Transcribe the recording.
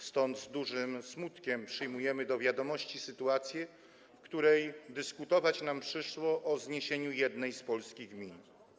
Stąd z dużym smutkiem przyjmujemy do wiadomości sytuację, w której dyskutować nam przyszło o zniesieniu jednej z polskich gmin.